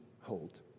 hold